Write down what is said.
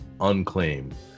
unclaimed